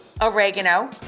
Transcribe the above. oregano